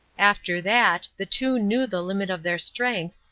after that, the two knew the limit of their strength,